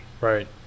Right